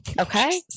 okay